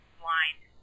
blind